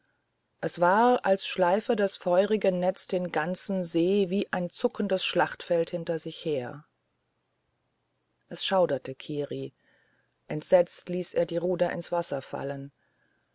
es war als schleife das feurige netz den ganzen see wie ein zuckendes schlachtfeld hinter sich her es schauderte kiri entsetzt ließ er die ruder ins wasser fallen